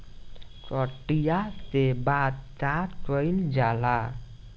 कटिया के बाद का कइल जाला?